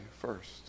first